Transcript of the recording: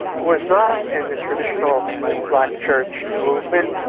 was not in the traditional black church movement,